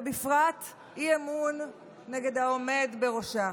ובפרט אי-אמון נגד העומד בראשה.